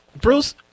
Bruce